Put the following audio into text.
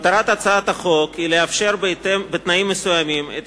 מטרת הצעת החוק היא לאפשר, בתנאים מסוימים, את